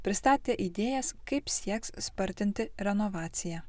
pristatė idėjas kaip sieks spartinti renovaciją